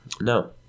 No